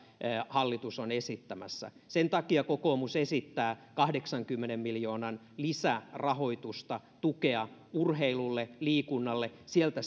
hallitus on esittämässä sen takia kokoomus esittää kahdeksankymmenen miljoonan lisärahoitusta tukea urheilulle ja liikunnalle sieltä